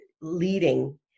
leading